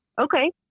Okay